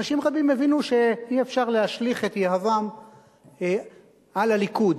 ואנשים רבים הבינו שאי-אפשר להשליך את יהבם על הליכוד.